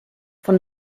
von